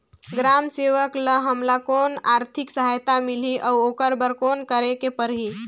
ग्राम सेवक ल हमला कौन आरथिक सहायता मिलही अउ ओकर बर कौन करे के परही?